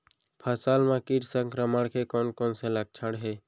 फसल म किट संक्रमण के कोन कोन से लक्षण हे?